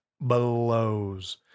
blows